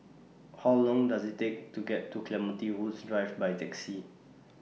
How Long Does IT Take to get to Clementi Woods Drive By Taxi